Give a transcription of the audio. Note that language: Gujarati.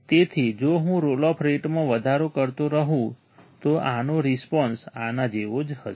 તેથી જો હું રોલ ઓફ રેટમાં વધારો કરતો રહું તો આનો રિસ્પોન્સ આના જેવો જ હશે